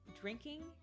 drinking